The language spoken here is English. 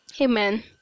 Amen